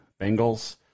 Bengals